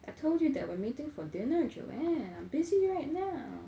I told you that were meeting for dinner joanne I'm busy right now